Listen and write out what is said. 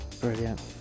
Brilliant